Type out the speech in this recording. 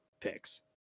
picks